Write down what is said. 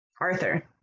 arthur